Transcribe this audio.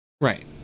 Right